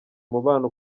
umubano